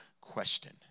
question